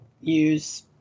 use